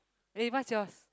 eh what's yours